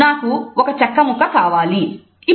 'నాకు ఒక చెక్క ముక్క కావాలి'